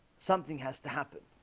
something has to happen.